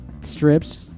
strips